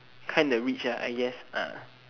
kind rich lah I guess lah